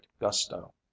gusto